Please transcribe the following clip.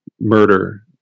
Murder